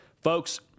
Folks